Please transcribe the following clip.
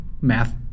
math